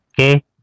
Okay